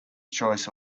choice